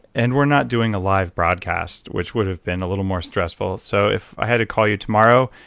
and we're not doing a live broadcast, which would have been a little more stressful, so if i had to call you tomorrow,